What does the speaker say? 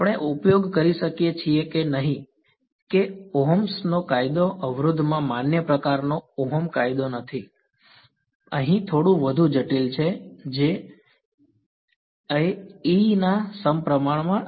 આપણે ઉપયોગ કરી શકીએ છીએ નહી કે ઓહ્મ નો કાયદો અવરોધમાં માન્ય પ્રકારનો ઓહ્મ કાયદો નથી અહીં થોડું વધુ જટિલ છે J એ E ના સપ્રમાણમાં નથી